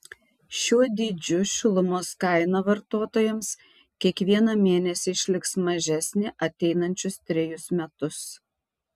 šiuo dydžiu šilumos kaina vartotojams kiekvieną mėnesį išliks mažesnė ateinančius trejus metus